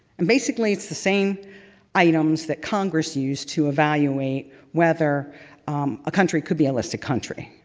and basically it's the same items that congress used to evaluate whether a country could be a listed country.